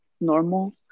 normal